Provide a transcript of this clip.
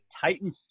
Titans